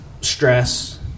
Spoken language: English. Stress